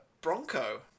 Bronco